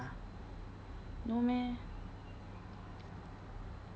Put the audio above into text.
no meh